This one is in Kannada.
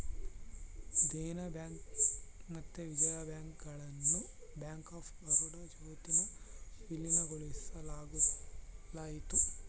ದೇನ ಬ್ಯಾಂಕ್ ಮತ್ತೆ ವಿಜಯ ಬ್ಯಾಂಕ್ ಗುಳ್ನ ಬ್ಯಾಂಕ್ ಆಫ್ ಬರೋಡ ಜೊತಿಗೆ ವಿಲೀನಗೊಳಿಸಲಾಯಿತು